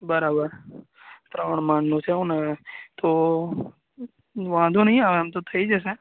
બરાબર ત્રણ માળનું છે એવું ને તો વાંધો નહીં આવે એમ તો થઈ જશે